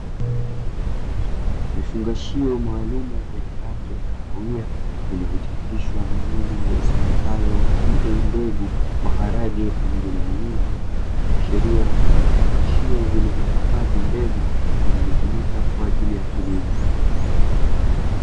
Vifungashio maalumu vyenye rangi ya kahawia, vilivochapishwa maneno yasomekayo "EA Mbegu", maharage pamoja na mahindi, ikiashiria kuwa ni vifungashio vilivyohifadhi mbegu zinazotumika kwa ajili ya kilimo.